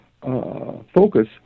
focus